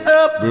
up